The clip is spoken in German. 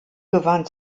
gewann